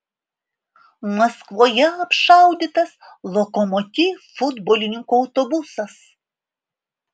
maskvoje apšaudytas lokomotiv futbolininkų autobusas